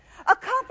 Accomplish